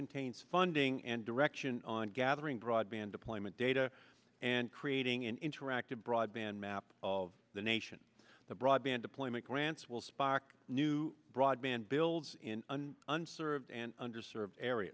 contains funding and direction on gathering broadband deployment data and creating an interactive broadband map of the nation that broadband deployment grants will spark new broadband builds in an served and under served area